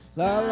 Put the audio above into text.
la